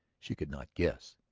she could not guess.